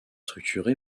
structuré